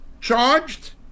charged